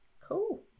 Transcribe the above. cool